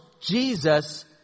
Jesus